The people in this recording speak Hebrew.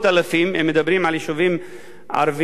אם מדברים על יישובים ערביים בדרום,